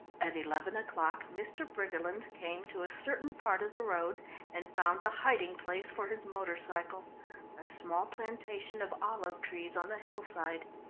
at eleven o'clock mr. briggerland came to a certain part of the road and found a hiding-place for his motor-cycle a small plantation of olive trees on the hill side.